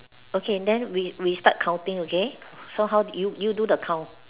okay then we we start counting okay so how you you do the count